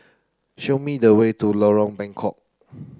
show me the way to Lorong Bengkok